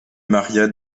maria